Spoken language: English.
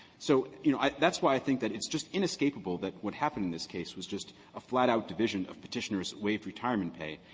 so, you know, i that's why i think that it's just inescapable that what happened in this case was just a flat-out division of petitioner's waived retirement pay.